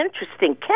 interesting